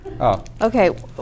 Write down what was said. Okay